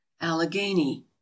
allegheny